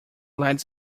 lights